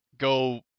Go